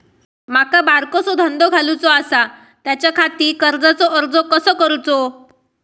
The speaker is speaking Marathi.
माका बारकोसो धंदो घालुचो आसा त्याच्याखाती कर्जाचो अर्ज कसो करूचो?